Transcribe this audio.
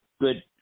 good